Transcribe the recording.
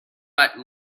but